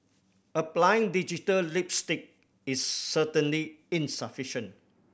applying digital lipstick is certainly insufficient